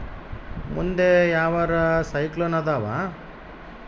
ಮುಂದೆ ಯಾವರ ಸೈಕ್ಲೋನ್ ಅದಾವ?